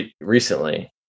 recently